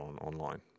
online